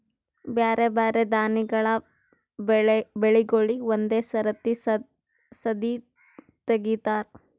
ಬ್ಯಾರೆ ಬ್ಯಾರೆ ದಾನಿಗಳ ಬೆಳಿಗೂಳಿಗ್ ಒಂದೇ ಸರತಿ ಸದೀ ತೆಗಿತಾರ